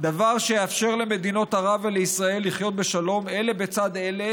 דבר שיאפשר למדינות ערב ולישראל לחיות בשלום אלה בצד אלה